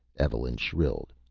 evelyn shrilled.